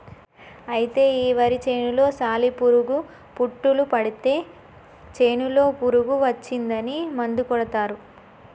అయితే ఈ వరి చేనులో సాలి పురుగు పుట్టులు పడితే చేనులో పురుగు వచ్చిందని మందు కొడతారు